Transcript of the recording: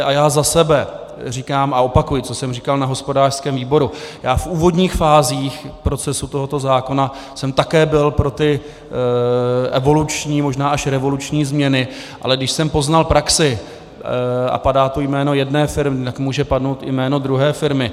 A já za sebe říkám a opakuji to, co jsem říkal na hospodářském výboru, já v úvodních fázích procesu tohoto zákona jsem také byl pro ty evoluční, možná až revoluční změny, ale když jsem poznal praxi a padá tu jméno jedné firmy, tak může padnout i jméno druhé firmy.